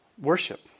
Worship